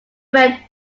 went